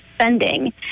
spending